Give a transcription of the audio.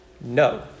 No